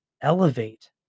elevate